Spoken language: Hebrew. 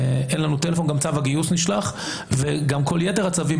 גם צו הגיוס נשלח וגם כל יתר הצווים.